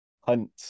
Hunt